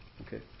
Okay